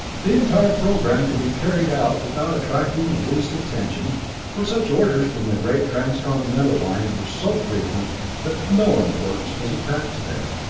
the entire program could be carried out without attracting the least attention, for such orders from the great transcontinental lines were so frequent that no importance was attached to them.